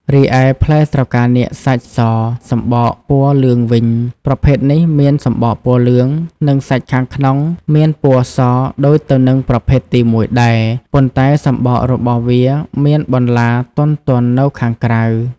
រីឯផ្លែស្រកានាគសាច់សសំបកពណ៌លឿងវិញ ប្រភេទនេះមានសម្បកពណ៌លឿង និងសាច់ខាងក្នុងមានពណ៌សដូចទៅនឹងប្រភេទទីមួយដែរ ប៉ុន្តែសំបករបស់វាមានបន្លាទន់ៗនៅខាងក្រៅ។